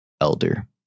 elder